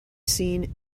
seen